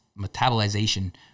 metabolization